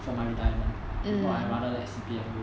for my retirement if not I rather let like C_P_F roll